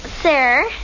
sir